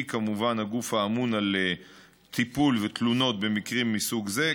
היא כמובן הגוף האמון על טיפול בתלונות במקרים מסוג זה.